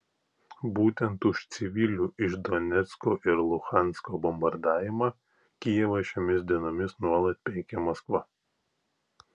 būtent už civilių iš donecko ir luhansko bombardavimą kijevą šiomis dienomis nuolat peikia maskva